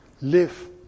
Live